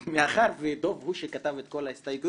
מאחר ודב הוא שכתב את כל ההסתייגויות,